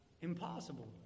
Impossible